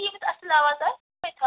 ییٚمِس اَصٕل آواز آسہِ سۅے تھاوَِو